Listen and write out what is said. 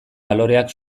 baloreak